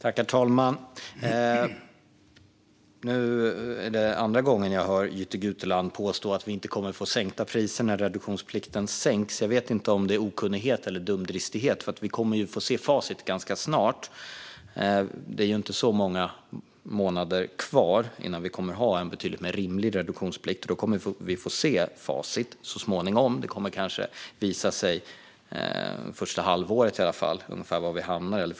Herr talman! Nu är det andra gången jag hör Jytte Guteland påstå att vi inte kommer att få sänkta priser när reduktionsplikten sänks. Jag vet inte om det beror på okunnighet eller dumdristighet. Vi kommer att få se facit ganska snart. Det är inte så många månader kvar tills vi kommer att ha en betydligt rimligare reduktionsplikt, och då kommer vi så småningom att få se facit. Det kommer kanske att visa sig det första halvåret, eller det första året, var vi hamnar.